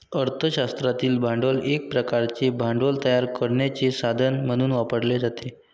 अर्थ शास्त्रातील भांडवल एक प्रकारचे भांडवल तयार करण्याचे साधन म्हणून वापरले जाते